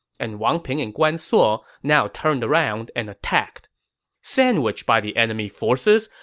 and wang ping and guan suo now turned around and attacked sandwiched by the enemy forces,